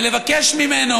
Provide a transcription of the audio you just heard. ולבקש ממנו